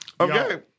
Okay